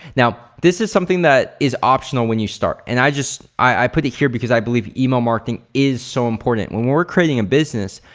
now, this is something that is optional when you start and i just, i put it here because i believe email marketing is so important. when we're creating business,